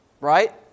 Right